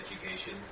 education